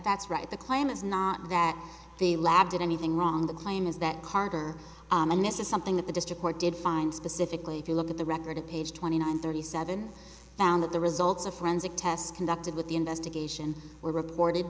that's right the claim is not that the lab did anything wrong the claim is that carter and this is something that the district court did find specifically if you look at the record of page twenty nine thirty seven found that the results of forensic tests conducted with the investigation were